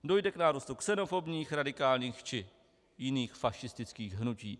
Dojde k nárůstu xenofobních, radikálních či jiných fašistických hnutí.